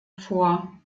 vor